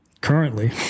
currently